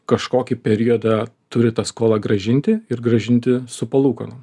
kažkokį periodą turi tą skolą grąžinti ir grąžinti su palūkanom